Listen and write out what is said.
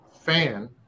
fan